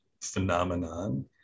phenomenon